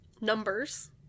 numbers